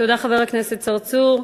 תודה, חבר הכנסת צרצור.